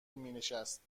مینشست